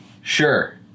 Sure